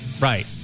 Right